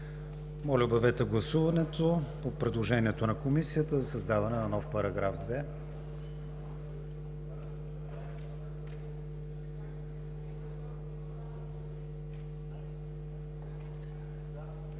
Моля, обявете гласуването по предложението на Комисията за създаване на нов § 2.